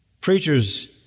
Preachers